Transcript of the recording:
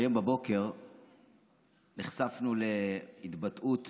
היום בבוקר נחשפנו להתבטאות